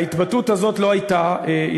ההתבטאות הזאת לא הייתה,